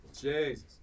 Jesus